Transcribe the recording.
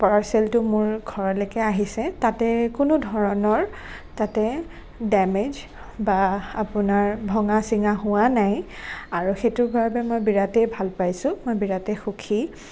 পাৰ্চেলটো মোৰ ঘৰলৈকে আহিছে তাতে কোনো ধৰণৰ তাতে ডেমেজ বা আপোনাৰ ভঙা চিঙা হোৱা নাই আৰু সেইটোৰ বাবে মই বিৰাটেই ভাল পাইছোঁ মই বিৰাটেই সুখী